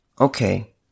Okay